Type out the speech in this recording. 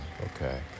Okay